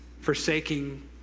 forsaking